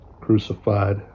crucified